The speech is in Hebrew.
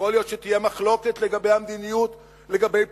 יכול להיות שתהיה מחלוקת על המדיניות לגבי פליטים,